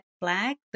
flag